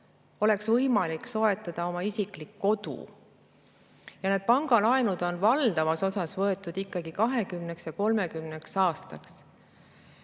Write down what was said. oleks võimalik soetada oma isiklik kodu, ja need pangalaenud on valdavalt võetud ikkagi 20–30 aastaks.